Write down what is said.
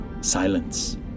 Silence